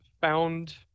Found